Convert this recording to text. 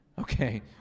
okay